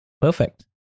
perfect